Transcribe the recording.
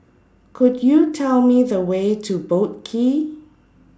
Could YOU Tell Me The Way to Boat Quay